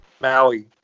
Maui